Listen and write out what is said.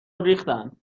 ریختن